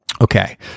Okay